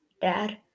Dad